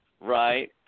Right